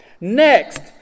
Next